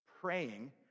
praying